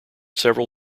several